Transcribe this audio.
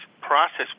process